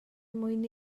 mwyn